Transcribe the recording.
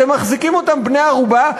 אתם מחזיקים אותם בני ערובה,